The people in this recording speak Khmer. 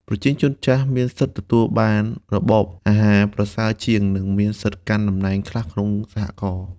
ប្រជាជនចាស់មានសិទ្ធិទទួលបានរបបអាហារប្រសើរជាង និងមានសិទ្ធិកាន់តំណែងខ្លះក្នុងសហករណ៍។